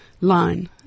line